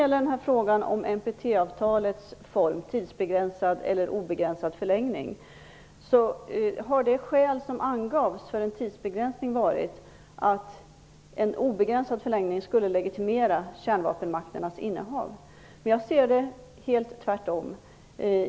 När det sedan gäller tidsbegränsning eller obegränsad förlängning av NPT har det skäl som angivits för en tidsbegränsning varit att en obegränsad förlängning skulle legitimera kärnvapenmakternas innehav. Jag ser det dock på rakt motsatt sätt.